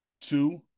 Two